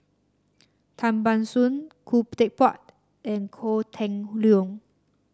Tan Ban Soon Khoo Teck Puat and Kok Leun